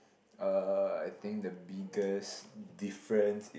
uh I think the biggest difference